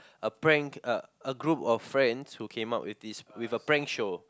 a prank a a group of friends who came up with this with a prank show